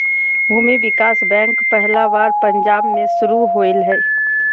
भूमि विकास बैंक पहला बार पंजाब मे शुरू होलय हल